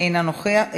אינה נוכחת.